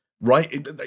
Right